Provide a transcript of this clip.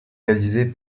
réalisés